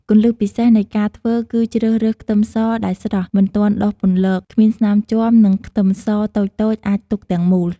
គន្លឹះពិសេសនៃការធ្វើគឺ ជ្រើសរើសខ្ទឹមសដែលស្រស់ មិនទាន់ដុះពន្លក គ្មានស្នាមជាំ និងខ្ទឹមសតូចៗអាចទុកទាំងមូល។